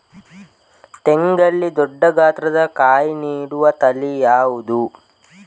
ತೆಂಗಲ್ಲಿ ದೊಡ್ಡ ಗಾತ್ರದ ಕಾಯಿ ನೀಡುವ ತಳಿ ಯಾವುದು?